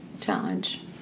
challenge